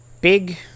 big